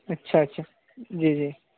اچھا اچھا جی جی